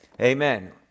Amen